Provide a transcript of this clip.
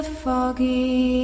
foggy